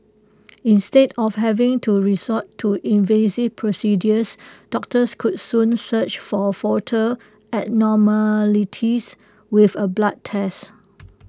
instead of having to resort to invasive procedures doctors could soon search for foetal abnormalities with A blood test